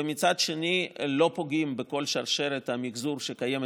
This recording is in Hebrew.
ומצד שני לא פוגעים בכל שרשרת המחזור שקיימת